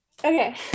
Okay